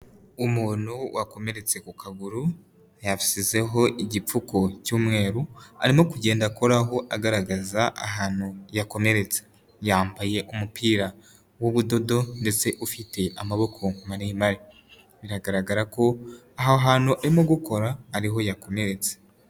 Umuntu wakomeretse ku kaguru yashizeho igipfuku cy'umweru, arimo kugenda akoraho agaragaza ahantu yakomeretse, yambaye umupira w'ubudodo ndetse ufite amaboko maremare, biragaragara ko aho hantu arimo gukora ariho yakomeretse.